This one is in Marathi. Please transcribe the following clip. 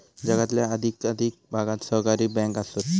जगातल्या अधिकाधिक भागात सहकारी बँका आसत